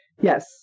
Yes